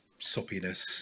soppiness